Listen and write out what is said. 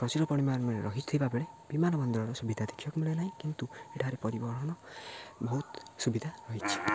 ପ୍ରଚୁର ପରିମାଣ ରହିଥିବା ବେଳେ ବିମାନ ବନ୍ଦରର ସୁବିଧା ଦେଖିବାକୁ ମିଳେ ନାହିଁ କିନ୍ତୁ ଏଠାରେ ପରିବହନ ବହୁତ ସୁବିଧା ରହିଛି